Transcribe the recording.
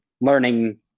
learning